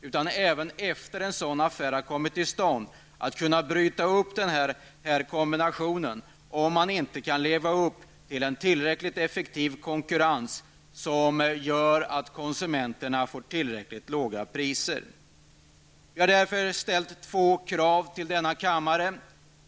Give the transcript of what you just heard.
Vi anser även att det bör vara möjligt att bryta upp den nya kombinationen om företaget inte kan leva upp till en tillräckligt effektiv konkurrens, som gör att konsumenterna får tillräckligt låga priser. Vi har därför ställt två krav i denna fråga.